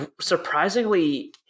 surprisingly